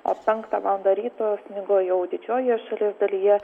o penktą valandą ryto snigo jau didžiojoje šalies dalyje